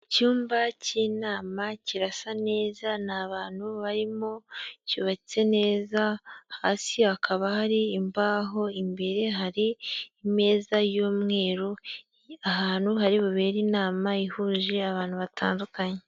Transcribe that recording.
Icyumba cy'inama kirasa neza ntabantu barimo, cyubatse neza hasi hakaba hari imbaho, imbere hari imeza y'umweru, ahantu hari bubere inama ihuje abantu batandukanye.